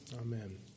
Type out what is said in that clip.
Amen